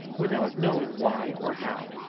without knowing why or how,